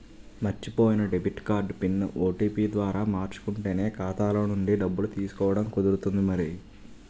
మర్చిపోయిన debit card PIN, OTP ద్వారా మార్చుకుంటేనే ఖాతాలో నుండి డబ్బులు తీసుకోవడం కుదురుతుంది మరి